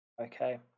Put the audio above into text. Okay